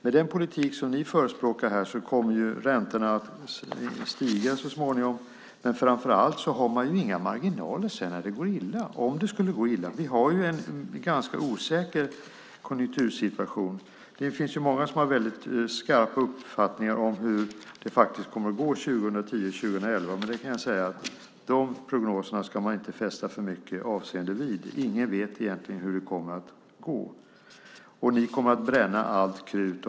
Med den politik som ni förespråkar här kommer räntorna att stiga så småningom, men framför allt har man inga marginaler sedan när det går illa, om det skulle gå illa. Vi har en ganska osäker konjunktursituation. Det finns många som har väldigt skarpa uppfattningar om hur det faktiskt kommer att gå 2010 och 2011, men de prognoserna ska man inte fästa för mycket avseende vid. Ingen vet egentligen hur det kommer att gå. Och ni kommer att bränna allt krut.